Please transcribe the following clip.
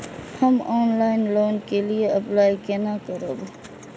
हम online loan के लिए अप्लाई केना करब?